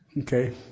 Okay